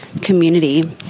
community